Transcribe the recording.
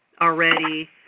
already